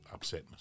upsetness